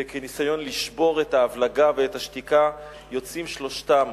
כניסיון לשבור את ההבלגה ואת השתיקה יוצאים שלושתם